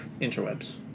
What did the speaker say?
interwebs